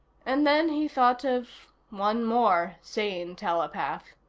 and then he thought of one more sane telepath.